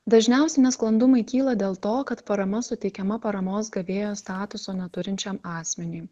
dažniausiai nesklandumai kyla dėl to kad parama suteikiama paramos gavėjo statuso neturinčiam asmeniui